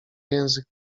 język